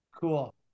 Cool